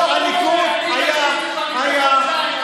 כבר לפני חודשיים,